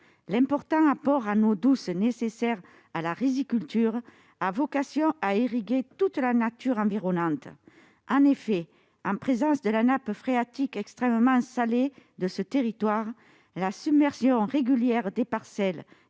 L'important apport en eau douce nécessaire à la riziculture a vocation à irriguer toute la nature environnante. En effet, en présence de la nappe phréatique extrêmement salée de ce territoire, la submersion régulière des parcelles